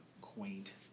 quaint